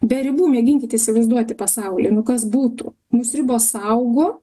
be ribų mėginkit įsivaizduoti pasaulį nu kas būtų mus ribos saugo